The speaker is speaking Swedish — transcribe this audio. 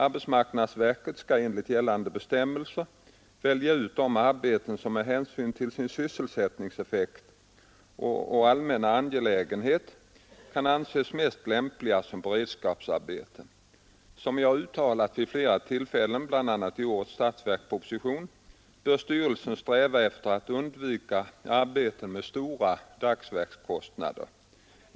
Arbetsmarknadsverket skall enligt gällande bestämmelser välja ut de arbeten som med hänsyn till sin sysselsättningseffekt och allmänna angelägenhet kan anses mest lämpliga som beredskapsarbeten, Som jag har uttalat vid flera tillfällen, bl.a. i årets statsverksproposition, bör styrelsen sträva efter att undvika arbeten med stora dagsverkskostnader.